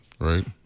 Right